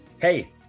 hey